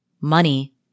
money